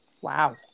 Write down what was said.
Wow